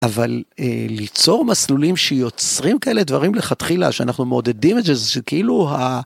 אבל ליצור מסלולים שיוצרים כאלה דברים לכתחילה שאנחנו מעודדים את זה זה שכאילו ה-